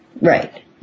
Right